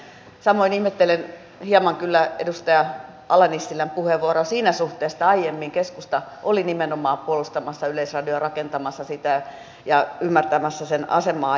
samoin ihmettelen hieman kyllä edustaja ala nissilän puheenvuoroa siinä suhteessa että aiemmin keskusta oli nimenomaan puolustamassa yleisradiota ja rakentamassa sitä ja ymmärtämässä sen asemaa